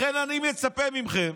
לכן אני מצפה מכם